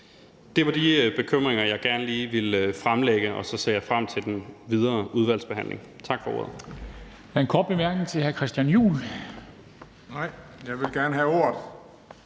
Det var de bekymringer, jeg gerne lige ville fremlægge, og så ser jeg frem til den videre udvalgsbehandling. Tak for ordet.